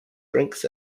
drinks